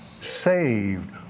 saved